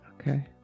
Okay